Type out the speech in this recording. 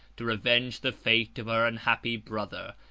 to revenge the fate of her unhappy brother,